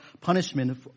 punishment